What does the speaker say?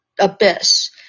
abyss